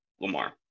Lamar